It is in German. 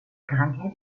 krankheit